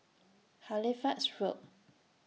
Halifax Road